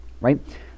right